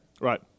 Right